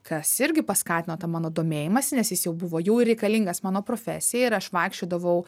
kas irgi paskatino tą mano domėjimąsi nes jis jau buvo jau reikalingas mano profesijai ir aš vaikščiodavau